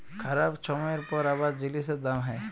খারাপ ছময়ের পর আবার জিলিসের দাম হ্যয়